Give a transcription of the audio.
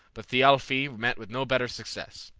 but thialfi met with no better success.